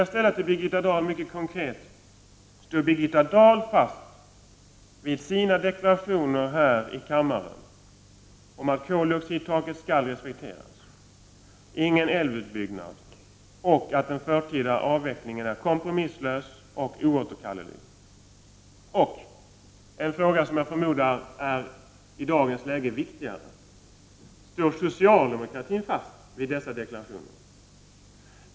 Jag skulle också vilja ställa en mycket konkret fråga till Birgitta Dahl: Står Birgitta Dahl fast vid sina deklarationer här i kammaren om att koldioxidtaket skall respekteras, om att det inte blir någon älvutbyggnad och om att den förtida avvecklingen är kompromisslös och oåterkallelig? Men en, förmodar jag, i dagens läge ännu viktigare fråga är: Står socialdemokratin fast vid dessa deklarationer?